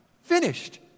Finished